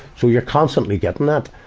so you're constantly getting that,